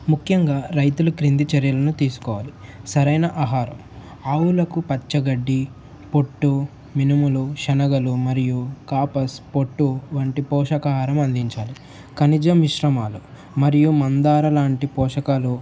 ముఖ్యంగా రైతులు క్రింది చర్యలను తీసుకోవాలి సరైన ఆహారం ఆవులకు పచ్చగడ్డి పొట్టు మినుములు శనగలు మరియు కాపస్ పొట్టు వంటి పోషకాహారం అందించాలి ఖనిజం మిశ్రమాలు మరియు మందారం లాంటి పోషకాలు